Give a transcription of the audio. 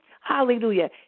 Hallelujah